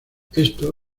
esto